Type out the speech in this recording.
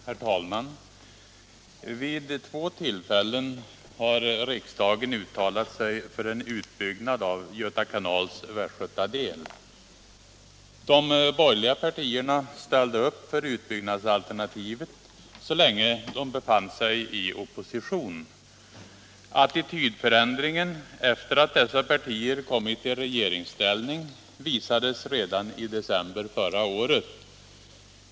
Herr talman! Vid två tillfällen har riksdagen uttalat sig för en utbyggnad av Göta kanals västgötadel. De borgerliga partierna ställde upp för utbyggnadsalternativet så länge de befann sig i opposition. Attitydförändringen efter det att dessa partier kommit i regeringsställning visades redan i december förra året.